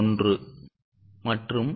1 மற்றும் 1